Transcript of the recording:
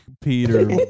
Peter